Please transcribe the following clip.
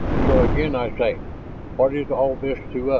so, again i say what is all this to